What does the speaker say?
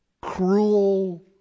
cruel